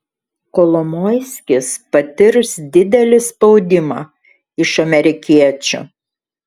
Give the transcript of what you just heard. kolomoiskis patirs didelį spaudimą iš amerikiečių